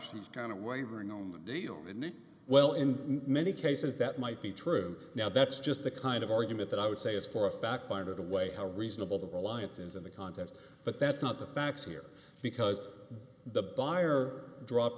privacy kind of wavering on the deal well in many cases that might be true now that's just the kind of argument that i would say is for a fact part of the way how reasonable the reliance is in the context but that's not the facts here because the buyer dropped